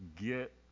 get